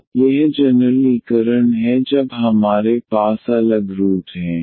तो यह जनरल ीकरण है जब हमारे पास अलग रूट हैं